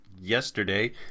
yesterday